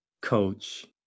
Coach